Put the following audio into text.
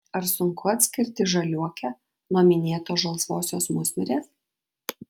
ar sunku atskirti žaliuokę nuo minėtos žalsvosios musmirės